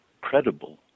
credible